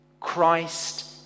Christ